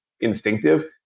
instinctive